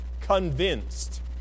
convinced